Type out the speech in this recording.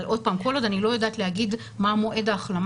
אבל עוד פעם כל עוד אני לא יודעת להגיד מה מועד ההחלמה